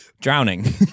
Drowning